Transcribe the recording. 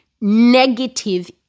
negative